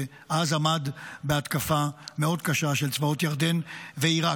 שאז עמד בהתקפה מאוד קשה של צבאות ירדן ועיראק.